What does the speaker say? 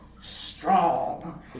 strong